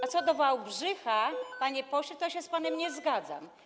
A co do Wałbrzycha, panie pośle, to się z panem nie zgadzam.